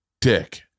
dick